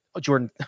Jordan